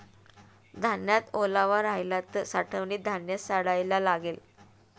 धान्यात ओलावा राहिला तर साठवणीत धान्य सडायला लागेल